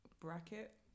bracket